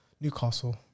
Newcastle